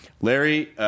Larry